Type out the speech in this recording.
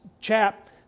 chap